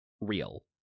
real